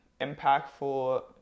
impactful